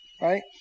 right